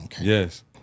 Yes